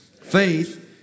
faith